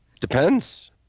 Depends